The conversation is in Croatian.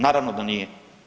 Naravno da nije.